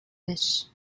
wish